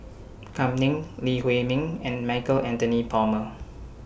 Kam Ning Lee Huei Min and Michael Anthony Palmer